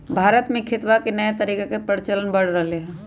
भारत में खेतवा के नया तरीका के प्रचलन बढ़ रहले है